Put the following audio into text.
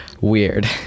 weird